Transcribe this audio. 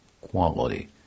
quality